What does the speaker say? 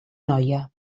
noia